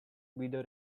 guido